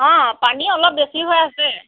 অঁ পানী অলপ বেছি হৈ আছে